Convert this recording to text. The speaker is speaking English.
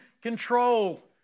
control